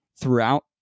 throughout